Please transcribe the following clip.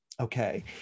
okay